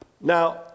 Now